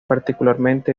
particularmente